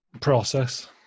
process